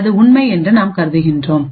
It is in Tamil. அது உண்மை என்று நாம் கருதுகிறோம்